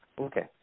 Okay